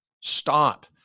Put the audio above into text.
stop